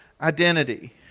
identity